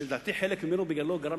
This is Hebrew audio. שלדעתי חלק ממנו גרם